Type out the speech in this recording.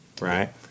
right